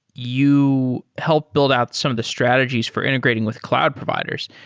you helped build out some of the strategies for integrating with cloud providers.